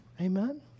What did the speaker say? Amen